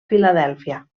filadèlfia